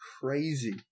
crazy